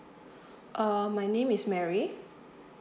err my name is mary